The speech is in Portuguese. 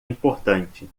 importante